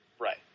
Right